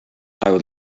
would